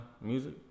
music